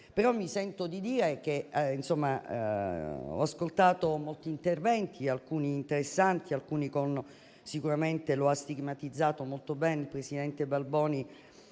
degli enti locali. Ho ascoltato molti interventi, alcuni interessanti e alcuni - come sicuramente ha stigmatizzato molto bene il presidente Balboni